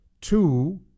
two